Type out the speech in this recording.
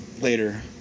Later